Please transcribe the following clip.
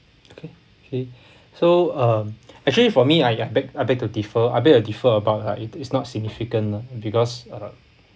okay okay so uh actually for me I uh I beg I beg to differ I beg to differ about uh it it's not significant lah because uh